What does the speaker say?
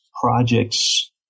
projects